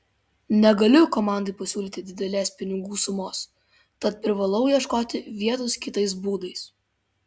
negaliu komandai pasiūlyti didelės pinigų sumos tad privalau ieškoti vietos kitais būdais